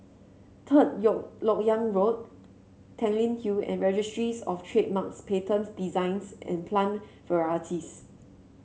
Third LoK Yang Road Tanglin Hill and Registries Of Trademarks Patents Designs and Plant Varieties